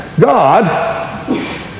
God